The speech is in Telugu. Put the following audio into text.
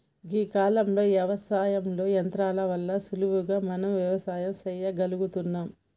గీ కాలంలో యవసాయంలో యంత్రాల వల్ల సులువుగా మనం వ్యవసాయం సెయ్యగలుగుతున్నం